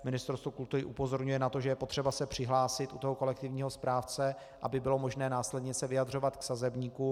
Ministerstvo kultury upozorňuje na to, že je potřeba se přihlásit u toho kolektivního správce, aby bylo možné následně se vyjadřovat k sazebníkům.